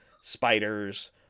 spiders